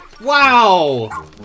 Wow